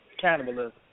cannibalism